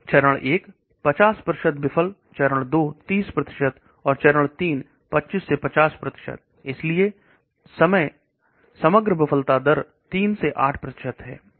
प्रथम चरण 50 विफल चरण 2 30 और चरण 3 25 से 50 विफल रहता है इसलिए समग्र सफलता दर 300 से 8 है